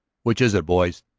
which is it, boys?